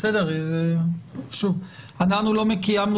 אז אנחנו חושבים